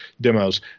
demos